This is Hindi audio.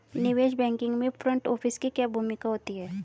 निवेश बैंकिंग में फ्रंट ऑफिस की क्या भूमिका होती है?